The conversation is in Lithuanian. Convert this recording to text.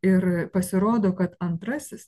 ir pasirodo kad antrasis